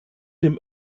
dem